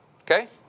okay